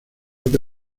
que